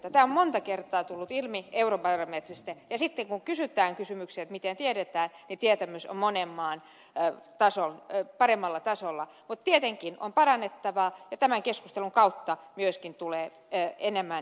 tämä on monta kertaa tullut ilmi eurobarometristä ja sitten kun kysytään kysymyksiä siitä miten tiedetään niin tietämys on paremmalla tasolla kuin monessa maassa mutta tietenkin on parannettavaa ja tämän keskustelun kautta myöskin tulee enemmän esiin